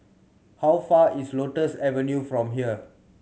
how far is Lotus Avenue from here